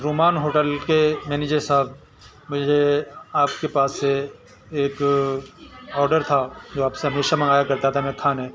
رومان hotel کے manager صاحب مجھے آپ کے پاس سے ایک آڈر تھا جو آپ سے ہمیشہ منگایا کرتا تھا میں